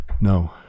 no